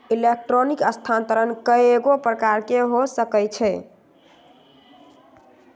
electronic स्थानान्तरण कएगो प्रकार के हो सकइ छै